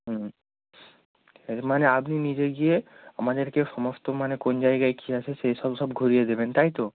হুম এর মানে আপনি নিজে গিয়ে আমাদেরকে সমস্ত মানে কোন জায়গায় কী আছে সেই সব সব ঘুরিয়ে দেবেন তাই তো